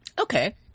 Okay